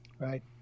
Right